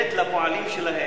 לתת לפועלים שלהם,